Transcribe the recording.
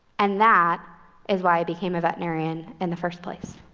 and that is why i became a veterinarian in the first place.